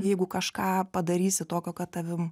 jeigu kažką padarysi tokio kad tavim